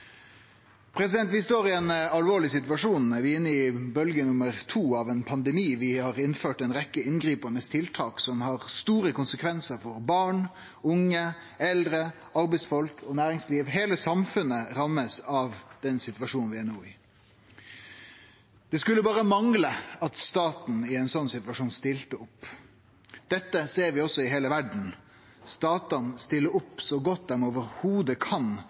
Vi står i ein alvorleg situasjon. Vi er inne i bølgje nummer to av ein pandemi. Vi har innført ei rekkje inngripande tiltak som har store konsekvensar for barn, unge, eldre, arbeidsfolk og næringsliv. Heile samfunnet blir ramma av den situasjonen vi er i no. Det skulle berre mangle at staten ikkje stilte opp i ein sånn situasjon. Dette ser vi også i heile verda. Statane stiller opp så godt dei berre kan.